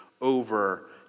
over